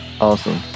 Awesome